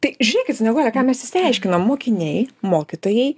tai žiūrėkit snieguole ką mes išsiaiškinom mokiniai mokytojai